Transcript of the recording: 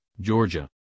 georgia